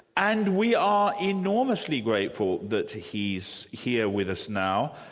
and we are enormously grateful that he's here with us now,